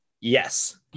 Yes